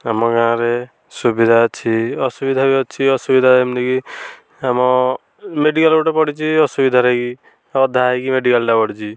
ଆମ ଗାଁରେ ସୁବିଧା ଅଛି ଅସୁବିଧା ବି ଅଛି ଅସୁବିଧା ଆମ ମେଡ଼ିକାଲ ଗୋଟିଏ ପଡ଼ିଛି ଅସୁବିଧାରେ କି ଅଧା ହୋଇକି ମେଡ଼ିକାଲ ଟା ପଡ଼ିଛି